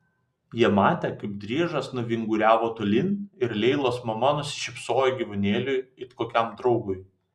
jie matė kaip driežas nuvinguriavo tolyn ir leilos mama nusišypsojo gyvūnėliui it kokiam draugui